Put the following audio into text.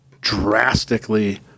drastically